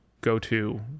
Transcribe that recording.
go-to